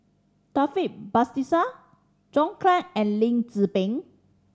Taufik Batisah John Clang and Lim Tze Peng